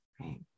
right